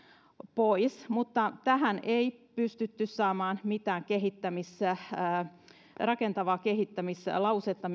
pois mutta myöskään tuonne mietintöön ei pystytty saamaan mitään rakentavaa kehittämislausetta